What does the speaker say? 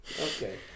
Okay